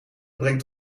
brengt